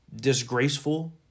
disgraceful